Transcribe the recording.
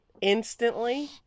instantly